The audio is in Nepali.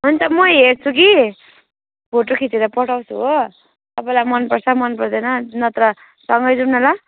हुन्छ म हेर्छु कि फोटो खिचेर पठाउँछु हो तपाईँलाई मन पर्छ मन पर्दैन नत्र सँगै जाऔँ न ल